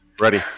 Ready